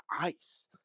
ice